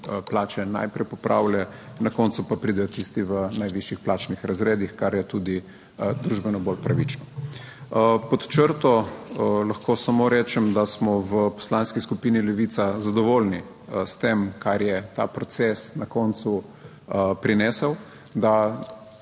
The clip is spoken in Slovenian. plače najprej popravile, na koncu pa pridejo tisti v najvišjih plačnih razredih, kar je tudi družbeno bolj pravično. Pod črto lahko samo rečem, da smo v Poslanski skupini Levica zadovoljni s tem, kar je ta proces na koncu prinesel, da